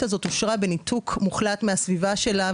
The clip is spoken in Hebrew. התוכנית הזו אושרה בניתוק מוחלט מהסביבה שלה,